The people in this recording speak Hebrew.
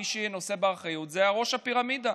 מי שנושא באחריות זה ראש הפירמידה,